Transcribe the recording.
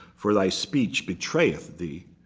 for thy speech betrayeth thee.